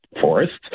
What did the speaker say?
forests